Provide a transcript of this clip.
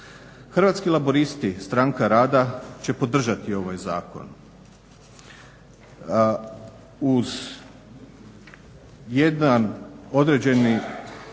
Hrvatski laburisti-Stranka rada će podržati ovaj zakon, uz jedan određeni